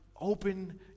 open